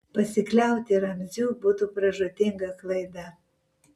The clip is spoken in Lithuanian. pasikliauti ramziu būtų pražūtinga klaida